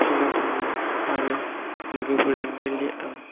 field आव थाङो आरो लोगोफोरजों दैलि आं